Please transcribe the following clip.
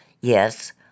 Yes